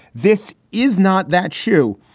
this is not that shoe.